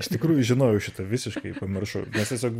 iš tikrųjų žinojau šitą visiškai pamiršau nes tiesiog